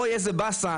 אוי איזו באסה,